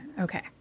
Okay